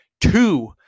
two